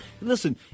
listen